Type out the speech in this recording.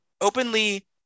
openly